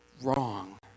wrong